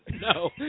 No